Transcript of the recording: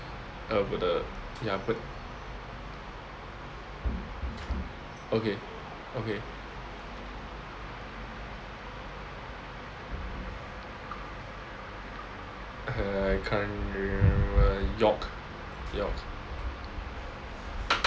eh ya but okay okay err I can't remember yock yock